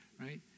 Right